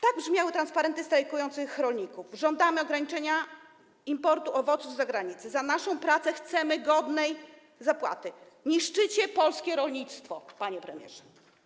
Tak brzmiały napisy na transparentach strajkujących rolników: „Żądamy ograniczenia importu owoców z zagranicy”, „Za naszą pracę chcemy godnej zapłaty”, „Niszczycie polskie rolnictwo”, panie premierze.